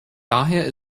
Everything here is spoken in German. daher